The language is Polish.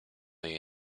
jej